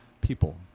people